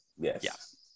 Yes